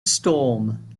storm